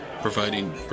providing